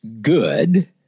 good